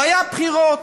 והיו בחירות.